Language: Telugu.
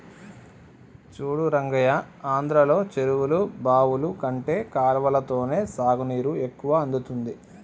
చూడు రంగయ్య ఆంధ్రలో చెరువులు బావులు కంటే కాలవలతోనే సాగునీరు ఎక్కువ అందుతుంది